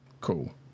Cool